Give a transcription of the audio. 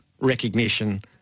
recognition